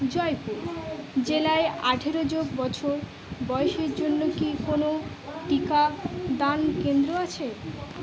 জয়পুর জেলায় আঠেরো যোগ বছর বয়সের জন্য কি কোনও টিকাদান কেন্দ্র আছে